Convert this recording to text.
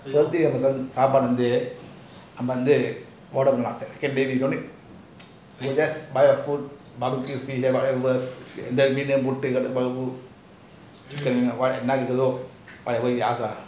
thursday சாப்பாடு வந்து நம்ம வந்து:sapadu vanthu namma vanthu barbeque whatever chicken what nice also